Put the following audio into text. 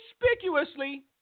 conspicuously